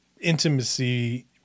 intimacy